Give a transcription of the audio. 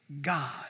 God